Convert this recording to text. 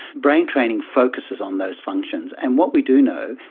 brain training focuses on those functions. and what we do know,